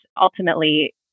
ultimately